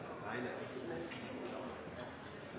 nei. Det er